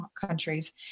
countries